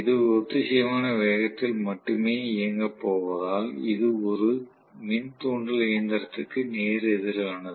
இது ஒத்திசைவான வேகத்தில் மட்டுமே இயங்கப் போவதால் இது ஒரு மின் தூண்டல் இயந்திரத்திற்கு நேர் எதிரானது